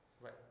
right